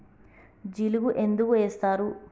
జిలుగు ఎందుకు ఏస్తరు?